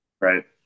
right